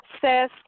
says